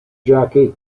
jackie